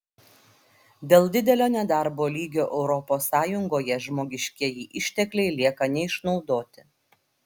dėl didelio nedarbo lygio europos sąjungoje žmogiškieji ištekliai lieka neišnaudoti